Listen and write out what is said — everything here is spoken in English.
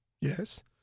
Yes